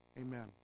amen